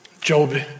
Job